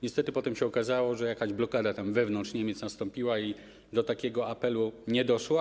Niestety potem się okazało, że jakaś blokada wewnątrz Niemiec nastąpiła i do takiego apelu nie doszło.